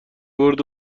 برد